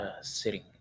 sitting